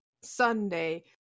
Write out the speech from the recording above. Sunday